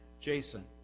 Jason